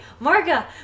Marga